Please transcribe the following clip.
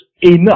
enough